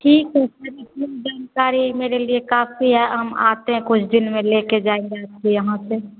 ठीक है सर इतनी जानकारी मेरे लिए काफी है हम आते हैं कुछ दिन में लेके जाएंगे आपके यहाँ से